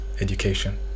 education